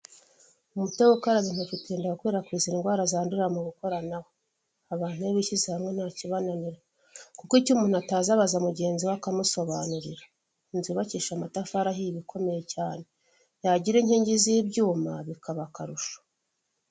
Umuti wo gukaraba intoki utinda gukwirakwiza indwara zandurira mu gukoranaho. Abantu iyo bishyize hamwe nta kibananira ,kuko icyo umuntu atazi abaza mugenzi we akamusobanurira. Inzu yubakishije amatafari ahiye iba ikomeye cyane yagira inkingi z'ibyuma bikaba akarusho.